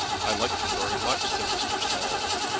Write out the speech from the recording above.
i liked her very much, said mr. saul.